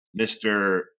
Mr